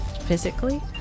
Physically